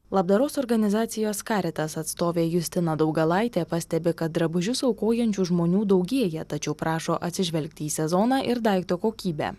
labdaros organizacijos karitas atstovė justina daugalaitė pastebi kad drabužius aukojančių žmonių daugėja tačiau prašo atsižvelgti į sezoną ir daikto kokybę